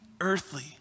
earthly